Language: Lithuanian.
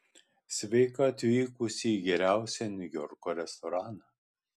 sveika atvykusi į geriausią niujorko restoraną